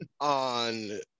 on